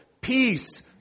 peace